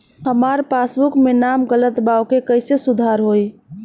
हमार पासबुक मे नाम गलत बा ओके कैसे सुधार होई?